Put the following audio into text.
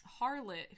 harlot